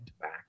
back